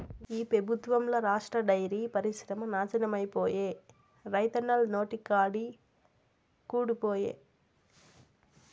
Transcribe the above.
ఈ పెబుత్వంల రాష్ట్ర డైరీ పరిశ్రమ నాశనమైపాయే, రైతన్నల నోటికాడి కూడు పాయె